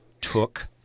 took